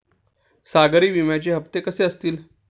सागरी विम्याचे हप्ते कसे असतील?